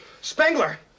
Spengler